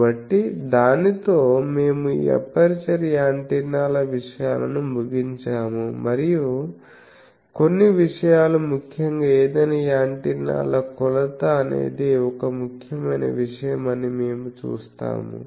కాబట్టి దానితో మేము ఈ ఎపర్చరు యాంటెన్నాల విషయాలను ముగించాము మరియు కొన్ని విషయాలు ముఖ్యంగా ఏదైనా యాంటెన్నాల కొలత అనేది ఒక ముఖ్యమైన విషయం అని మేము చూస్తాము